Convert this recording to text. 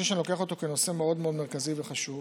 שאני לוקח אותו כנושא מאוד מאוד מרכזי וחשוב